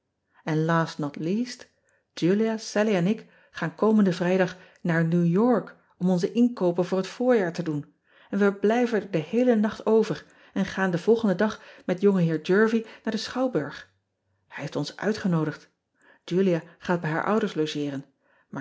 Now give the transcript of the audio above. n last not least ulia allie en ik gaan komenden rijdag naar ew ork om onze inkoopen voor het voorjaar te doen en we blijven er den heelen nacht over en gaan den volgenden dag met ongeheer ervie naar den schouwburg ij heeft ons uitgenoodigd ulia gaat bij haar ouders logeeren